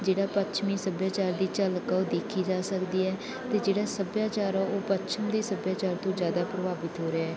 ਜਿਹੜਾ ਪੱਛਮੀ ਸੱਭਿਆਚਾਰ ਦੀ ਝਲਕ ਆ ਉਹ ਦੇਖੀ ਜਾ ਸਕਦੀ ਹੈ ਅਤੇ ਜਿਹੜਾ ਸੱਭਿਆਚਾਰ ਆ ਉਹ ਪੱਛਮ ਦੇ ਸੱਭਿਆਚਾਰ ਤੋਂ ਜ਼ਿਆਦਾ ਪ੍ਰਭਾਵਿਤ ਹੋ ਰਿਹਾ